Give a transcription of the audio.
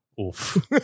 Oof